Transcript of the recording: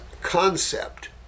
concept